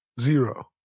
Zero